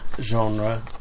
genre